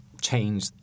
change